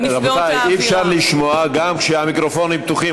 רבותיי, אי-אפשר לשמוע גם כשהמיקרופונים פתוחים.